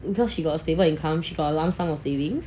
because she got a stable income she got a lump sum of savings